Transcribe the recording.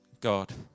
God